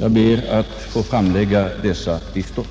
Jag ber nu att få framföra dessa förslag och hemställer att valen sker med acklamation.